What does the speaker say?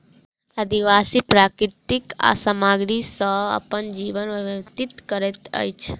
आदिवासी प्राकृतिक सामग्री सॅ अपन जीवन व्यतीत करैत अछि